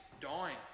dying